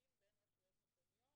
תאומים בין רשויות מקומיות